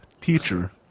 teacher